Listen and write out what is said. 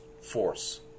force